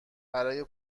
برای